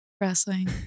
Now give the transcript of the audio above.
wrestling